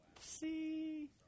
See